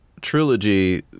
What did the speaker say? trilogy